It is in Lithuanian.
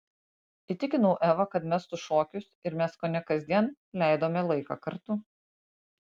įtikinau evą kad mestų šokius ir mes kone kasdien leidome laiką kartu